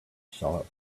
saw